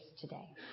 today